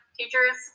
teachers